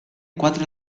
quatre